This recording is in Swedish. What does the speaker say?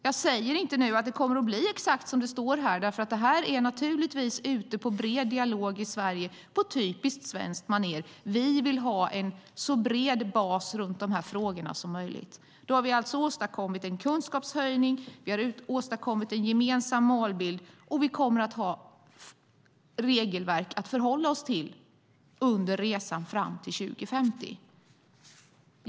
Jag säger inte nu att det kommer att bli exakt som det står här, för det här är naturligtvis ute på en bred dialog i Sverige på typiskt svenskt manér. Vi vill ha en så bred bas runt de här frågorna som möjligt. Då har vi alltså åstadkommit en kunskapshöjning. Vi har åstadkommit en gemensam målbild, och vi kommer att ha regelverk att förhålla oss till under resan fram till 2050.